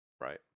Right